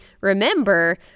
remember